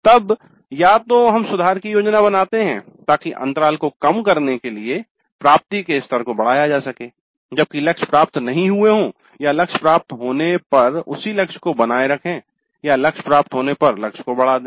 तब या तो हम सुधारों की योजना बनाते हैं ताकि अंतराल को कम करने के लिए प्राप्ति के स्तर को बढ़ाया जा सके जबकि लक्ष्य प्राप्त नहीं हुए हों या लक्ष्य प्राप्त होने पर उसी लक्ष्य को बनाए रखें या लक्ष्य प्राप्त होने पर लक्ष्य को बढ़ा दें